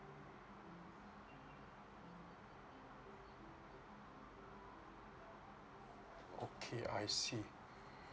okay I see